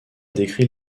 décrit